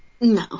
No